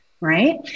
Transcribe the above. right